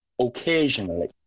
occasionally